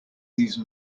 these